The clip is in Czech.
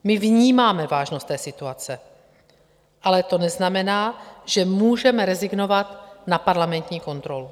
My vnímáme vážnost té situace, ale to neznamená, že můžeme rezignovat na parlamentní kontrolu.